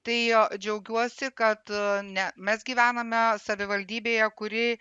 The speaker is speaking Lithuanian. tai džiaugiuosi kad a ne mes gyvename savivaldybėje kuri